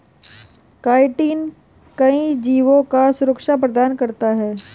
chitin कई जीवों को सुरक्षा प्रदान करता है